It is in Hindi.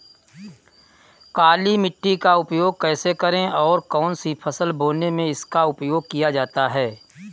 काली मिट्टी का उपयोग कैसे करें और कौन सी फसल बोने में इसका उपयोग किया जाता है?